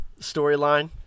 storyline